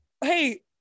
hey